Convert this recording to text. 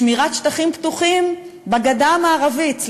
שמירת שטחים פתוחים בגדה המערבית,